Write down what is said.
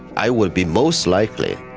i would be most likely